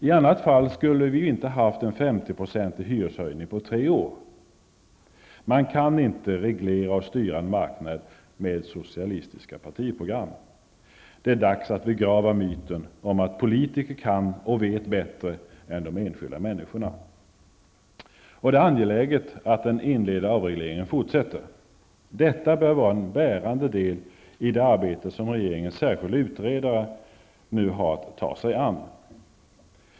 I annat fall skulle vi inte haft en 50 procentig hyreshöjning på tre år. Man kan inte reglera och styra en marknad med socialistiska partiprogram. Det är dags att begrava myten om att politiker kan och vet bättre än de enskilda människorna. Det är angeläget att den inledda avregleringen fortsätter. Detta bör vara en bärande del i det arbete som regeringens särskilde utredningsman har att ta sig an.